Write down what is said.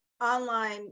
online